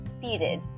seated